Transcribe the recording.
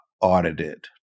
audited